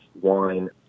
wine